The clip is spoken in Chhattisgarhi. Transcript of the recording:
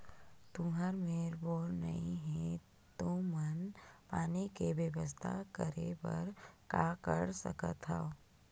तुहर मेर बोर नइ हे तुमन पानी के बेवस्था करेबर का कर सकथव?